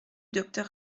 docteur